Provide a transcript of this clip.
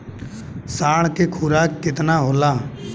साढ़ के खुराक केतना होला?